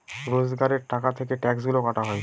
রোজগারের টাকা থেকে ট্যাক্সগুলা কাটা হয়